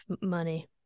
money